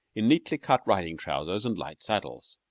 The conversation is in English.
in neatly cut riding-trousers and light saddles.